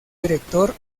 director